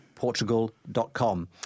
Portugal.com